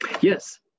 Yes